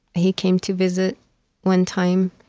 he came to visit one time,